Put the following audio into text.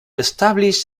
established